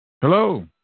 Hello